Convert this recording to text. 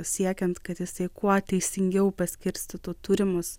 siekiant kad jisai kuo teisingiau paskirstytų turimus